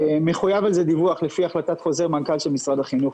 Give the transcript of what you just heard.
מחויב על זה דיווח לפי החלטת חוזר מנכ"ל של משרד החינוך.